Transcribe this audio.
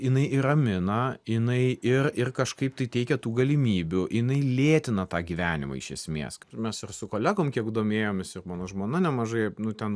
jinai ir ramina jinai ir ir kažkaip tai teikia tų galimybių jinai lėtina tą gyvenimą iš esmės mes ir su kolegom kiek domėjomės ir mano žmona nemažai nu ten